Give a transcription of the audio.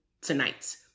tonight